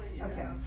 Okay